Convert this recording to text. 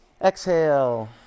Exhale